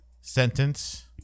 sentence